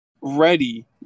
ready